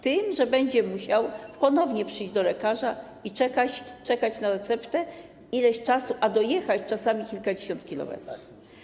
Tym, że będzie musiał ponownie przyjść do lekarza i czekać na receptę ileś czasu - a dojechać czasami kilkadziesiąt kilometrów.